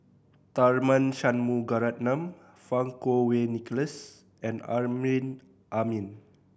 Tharman Shanmugaratnam Fang Kuo Wei Nicholas and Amrin Amin